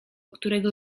którego